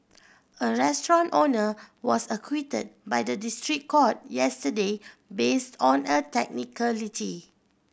a restaurant owner was acquitted by the district court yesterday base on a technicality